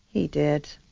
he did.